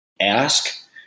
ask